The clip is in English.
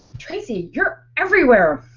tracey your everywhere.